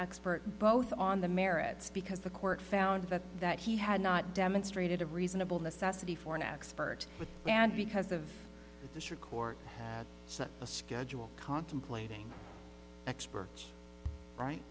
expert both on the merits because the court found that that he had not demonstrated a reasonable necessity for an expert and because of the trick or such a schedule contemplating experts